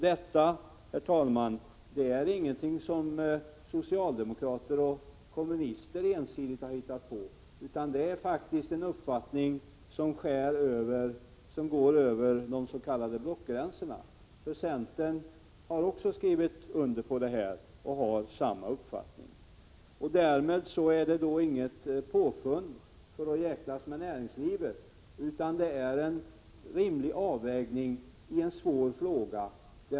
Detta, herr talman, är ingenting som socialdemokrater och kommunister ensidigt har hittat på, utan det är en uppfattning som går över de s.k. blockgränserna. Centern har också skrivit under detta och har samma uppfattning. Därmed är det inget påfund för att trakassera näringslivet, utan det är en rimlig avvägning i en svår fråga.